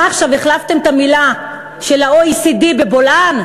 מה עכשיו, החלפתם את המילה של ה-OECD בבולען?